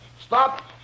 Stop